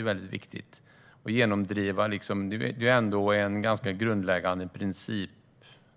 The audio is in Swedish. Att välja att kommunalisera eller ha ett producentansvar är en grundläggande princip